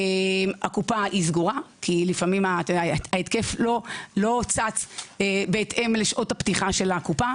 הקופה סגורה כי לפעמים ההתקף לא צץ בהתאם לשעות הפתיחה של הקופה